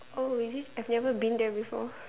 oh is it I've never been there before